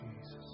Jesus